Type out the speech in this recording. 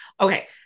Okay